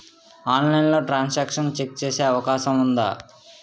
ఆన్లైన్లో transaction check చేసే అవకాశం ఉందా?